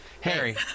Harry